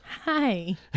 Hi